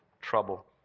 trouble